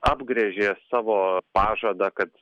apgręžė savo pažadą kad